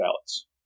ballots